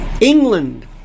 England